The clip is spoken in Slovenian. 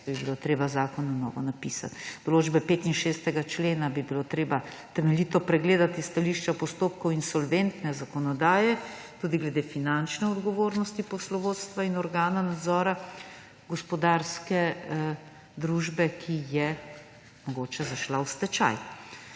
bi bilo treba zakon napisati na novo. Določbe 65. člena bi bilo treba temeljito pregledati s stališča postopkov insolventne zakonodaje, tudi glede finančne odgovornosti poslovodstva in organa nadzora gospodarske družbe, ki je mogoče zašla v stečaj.